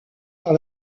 par